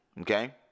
Okay